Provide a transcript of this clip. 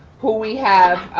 who we have